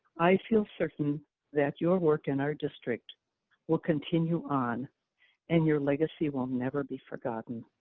i feel certain that your work in our district will continue on and your legacy will never be forgotten.